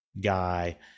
guy